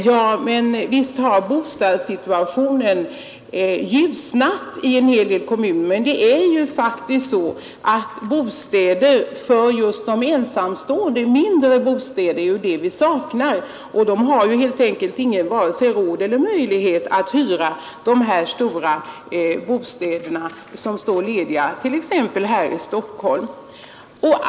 Herr talman! Visst har bostadssituationen ljusnat i en hel del kommuner, men det är faktiskt så att det är just mindre bostäder, för ensamstående, som vi saknar. Ensamstående har inte vare sig råd eller möjlighet att hyra de stora bostäder som står lediga t.ex. här i Stockholm.